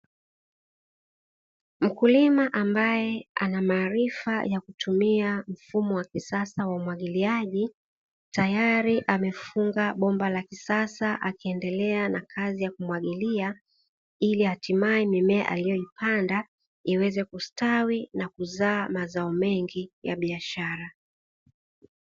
Mkulima ambaye ana maarifa ya kutumia mfumo wa kisasa wa umwagiliaji, tayari amefunga bomba la kisasa akiendelea na kazi ya kumwagilia, ili hatimaye mimea aliyoipanda iweze kustawi na kuzaa mazao mengi ya biashara.